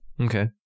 Okay